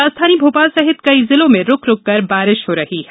राजधानी भोपाल सहित कई जिलों में रूक रूकर बारिश हो रही है